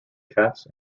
cats